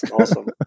Awesome